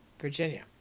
Virginia